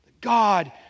God